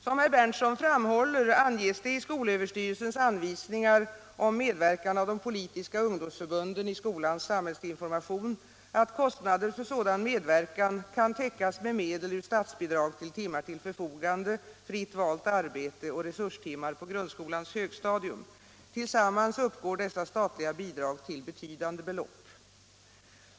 Som herr Berndtson framhåller anges det i skolöverstyrelsens anvisningar om medverkan av de politiska ungdomsförbunden i skolans samhällsinformation att kostnader för sådan medverkan kan täckas med medel ur statsbidrag till timmar till förfogande, fritt valt arbete och resurstimmar på grundskolans högstadium. Tillsammans uppgår dessa statliga bidrag till betydande belopp.